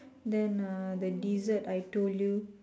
then uh the dessert I told you